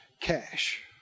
cash